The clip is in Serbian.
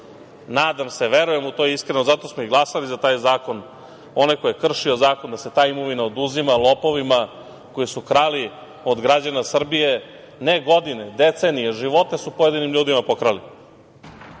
nadam se, verujem u to iskreno, za to smo i glasali za taj zakon. Onaj koji je kršio zakon da se ta imovina oduzima lopovima koji su krali od građana Srbije, ne godine, decenije, živote su pojedinim ljudima pokrali. Verujem